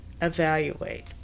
evaluate